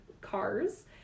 cars